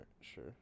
sure